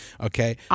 Okay